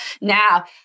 now